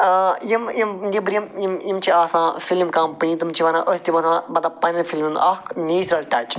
یِم یِم نیٚبرِم یِم یِم چھِ آسان فِلِم کمپٔنی تم چھِ وَنان أسۍ دِمو تمن مطلب پنٛنہِ ہُنٛد اکھ نیٚچرل ٹچ